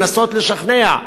לנסות לשכנע.